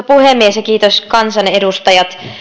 puhemies kiitos kansanedustajat